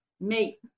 mate